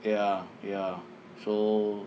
ya ya so